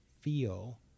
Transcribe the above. feel